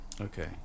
Okay